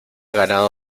ganado